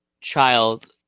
child